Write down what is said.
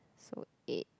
so eight